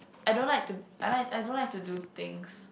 I don't like to I like I don't like to do things